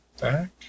back